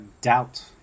doubt